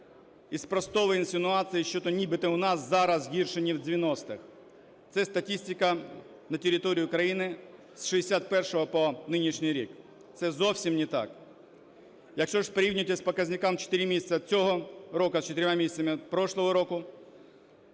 і спростовує інсинуації щодо нібито у нас зараз гірше ніж в 90-х. Це статистика на території України з 61-го по нинішній рік. Це зовсім не так. Якщо ж порівнювати з показником 4 місяців цього року з 4 місяцями прошлого року,